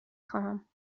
خواهم